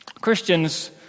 Christians